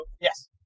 Yes